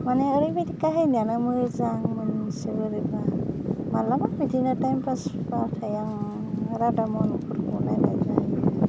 माने ओरैबायदि खाहिनियानो मोजां मोनसे बोरैबा मालाबा बिदिनो टाइम फासबाथाय आं रादा महनफोरखौ नायनाय जायो